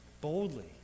boldly